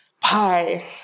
Pie